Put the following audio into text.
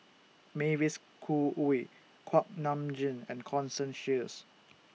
Mavis Khoo Oei Kuak Nam Jin and Constance Sheares